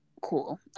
cool